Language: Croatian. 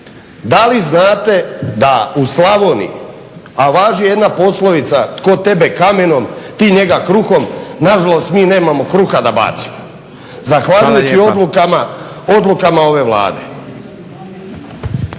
da li znate da u Slavoniji, a važi jedna poslovica "Tko tebe kamenom, ti njega kruhom" nažalost mi nemamo kruha da bacimo zahvaljujući odlukama ove Vlade.